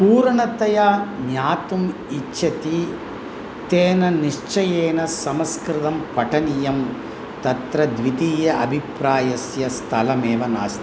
पूर्णतया ज्ञातुम् इच्छति तेन निश्चयेन सस्कृतं पठनीयं तत्र द्वितीय अभिप्रायस्य स्थलमेव नास्ति